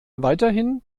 weiterhin